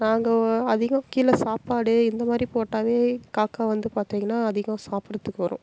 நாங்கள் அதிகம் கீழே சாப்பாடு இந்தமாதிரி போட்டாலே காக்கா வந்து பார்த்தீங்கன்னா அதிகம் சாப்பிடத்துக்கு வரும்